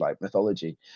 mythology